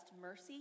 Mercy